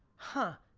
huh,